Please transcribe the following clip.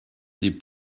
des